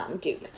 duke